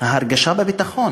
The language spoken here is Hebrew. הרגשת הביטחון,